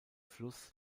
fluss